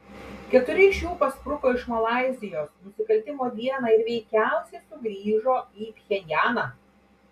keturi iš jų paspruko iš malaizijos nusikaltimo dieną ir veikiausiai sugrįžo į pchenjaną